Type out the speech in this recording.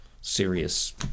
serious